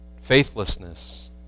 faithlessness